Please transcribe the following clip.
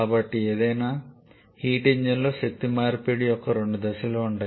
కాబట్టి ఏదైనా హీట్ ఇంజిన్లో శక్తి మార్పిడి యొక్క రెండు దశలు ఉంటాయి